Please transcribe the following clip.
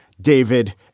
David